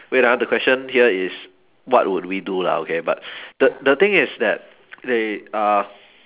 wait ah the question here is what would we do lah okay but the the thing is that they uh